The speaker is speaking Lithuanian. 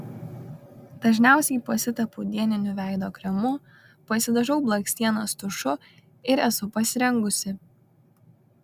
dažniausiai pasitepu dieniniu veido kremu pasidažau blakstienas tušu ir esu pasirengusi